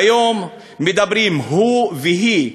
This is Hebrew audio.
והיום אומרים: הוא והיא,